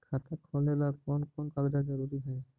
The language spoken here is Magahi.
खाता खोलें ला कोन कोन कागजात जरूरी है?